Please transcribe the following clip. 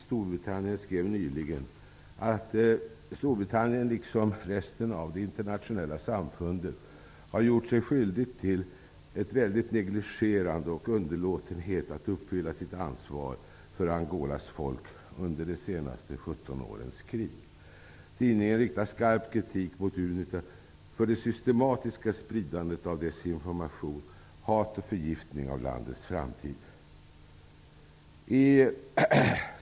Storbritannien skrev nyligen att Storbritannien, liksom resten av det internationella samfundet, har gjort sig skyldigt till ett väldigt negligerande och en underlåtenhet att uppfylla sitt ansvar för Angolas folk under de senaste 17 årens krig. Tidningen riktar skarp kritik mot Unita för det systematiska spridandet av desinformation, hat och förgiftning av landets framtid.